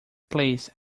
please